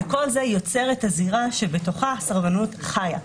וכל זה יוצר את הזירה שבתוכה הסרבנות חיה,